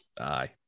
aye